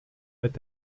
mit